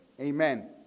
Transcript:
Amen